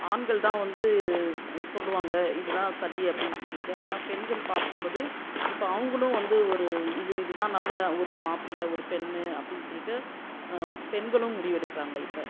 ஆண்கள் தான் வந்து சொ சொல்லுவாங்கள் இது தான் சரி அப்படினு சொல்லிகிட்டு ஆனால் பெண்கள் பார்க்கும் போது இப்போ அவங்களும் வந்து ஒரு இது இதுதான் நல்ல ஒரு மாப்பிள்ளை ஒரு பெண்ணு அப்படின்னு சொல்லிகிட்டு ஆம் பெண்களும் முடிவு எடுக்கிறாங்க இப்போ